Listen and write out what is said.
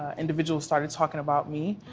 individuals started talking about me.